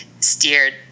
steered